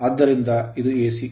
ಆದ್ದರಿಂದ ಇದು AC